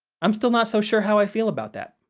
i'm still not so sure how i feel about that.